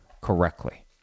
correctly